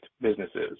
businesses